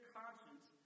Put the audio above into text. conscience